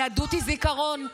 היהדות היא זיכרון.